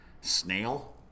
snail